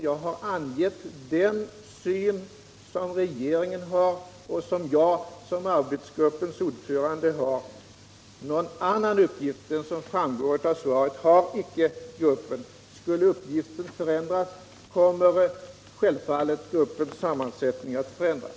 Jag har som sagt angivit den syn som regeringen har och som jag som arbetsgruppens ordförande har. Någon annan uppgift än som framgår av svaret har inte gruppen. Skulle uppgiften förändras kommer självfallet gruppens sammansättning också att förändras.